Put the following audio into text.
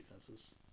defenses